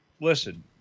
listen